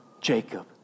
Jacob